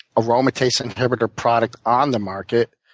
aromatase inhibitor product on the market